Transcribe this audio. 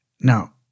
Now